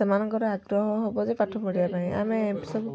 ସେମାନଙ୍କର ଆଗ୍ରହ ହବ ଯେ ପାଠ ପଢ଼ିବା ପାଇଁ ଆମେ ସବୁ